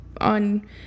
on